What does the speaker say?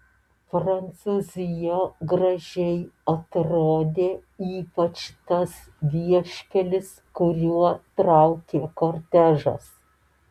prancūzija gražiai atrodė ypač tas vieškelis kuriuo traukė kortežas